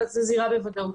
זו זירה בוודאות.